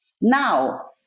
Now